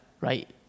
right